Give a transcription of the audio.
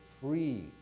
free